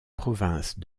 provinces